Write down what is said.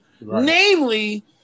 namely